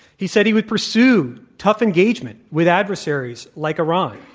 he said he would pursue tough engagement with adversaries like iran.